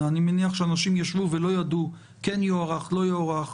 שאנשים ישבו ולא ידעו אם כן יוארך, לא יוארך.